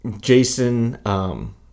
Jason